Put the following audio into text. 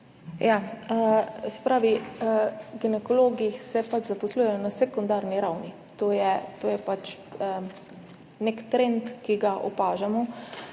Ginekologi se pač zaposlujejo na sekundarni ravni, to je nek trend, ki ga opažamo.